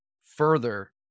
further